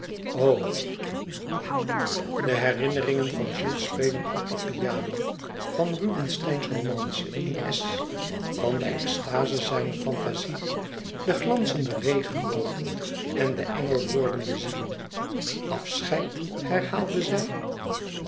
de herinneringen van jules spelen op de piano van rubinsteins romance in es van de extaze zijner fantazie de glazen regenbogen en de engel wordende zielen afscheid herhaalde zij